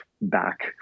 back